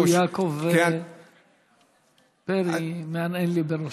אפילו יעקב פרי מהנהן לי בראשו.